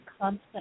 constant